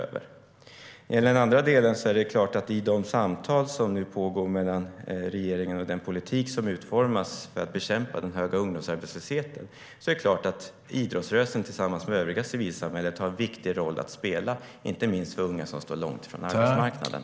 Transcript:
När det gäller den andra delen är det klart att i de samtal som nu pågår i regeringen och i den politik som utformas för att bekämpa den höga ungdomsarbetslösheten har idrottsrörelsen tillsammans med civilsamhället i övrigt en viktig roll att spela, inte minst för unga som står långt från arbetsmarknaden.